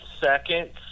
seconds